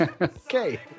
Okay